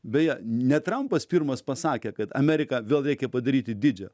beje ne trampas pirmas pasakė kad ameriką vėl reikia padaryti didžią